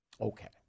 Okay